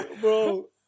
bro